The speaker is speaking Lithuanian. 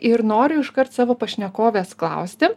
ir noriu iškart savo pašnekovės klausti